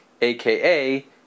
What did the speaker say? aka